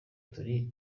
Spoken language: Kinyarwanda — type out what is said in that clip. turi